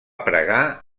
pregar